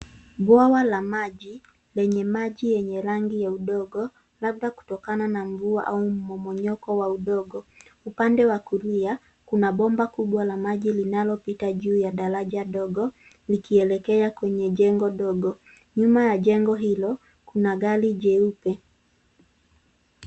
Bwawa la maji, lenye maji yenye rangi ya udongo, labda kutokana na mvua au mmomonyoko wa udongo. Upande wa kulia, kuna bomba kubwa la maji linalopita juu ya daraja dogo, likielekea kwenye jengo dogo. Nyuma ya jengo hilo, kuna gari jeupe.